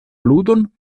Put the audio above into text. ludon